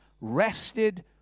rested